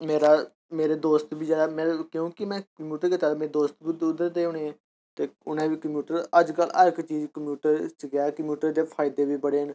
मेरा मेरे दोस्त बी जेह्ड़े में क्योंकि में कंप्यूटर कीते दा ते मेरे दोस्त बी उद्धर उद्धर दे होने ते उ'नें बी कंप्यूटर अजकल हर इक चीज कंप्यूटर च गै कंप्यूटर दे फायदे बी बड़े न